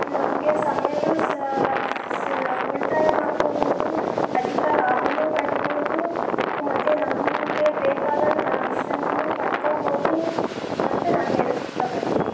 ನಮಗೆ ಸಮಯನೂ ಸ ಸ್ ಉಳಿತಾಯ ಮಾಡ್ಕೋಬೌದು ಅಧಿಕ ಲಾಭನೂ ಪಡೀಬೌದು ಮತ್ತು ನಮಗೆ ಬೇಕಾದಂಗೆ ನಾವು ವಿಶ್ರಾಂತಿನೂ ಪಡ್ಕೋಬೌದು ಅಂತ ನಾನು ಹೇಳಕ್ ಇಷ್ಟಪಡ್ತೀನಿ